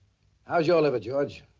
how's your liver, george?